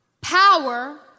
Power